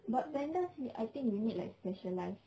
but pandas you I think you need like specialised